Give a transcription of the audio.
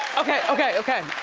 okay, okay, okay,